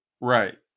Right